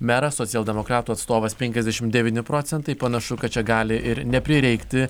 meras socialdemokratų atstovas penkiasdešimt devyni procentai panašu kad čia gali ir neprireikti